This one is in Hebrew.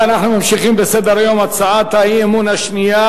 אם היית בטוח שלממשלה יש שנתיים,